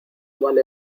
vale